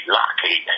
lucky